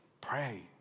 Pray